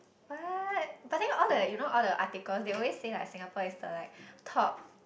what but then all the you know all the articles they always saying like Singapore is the like top